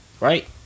Right